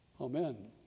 Amen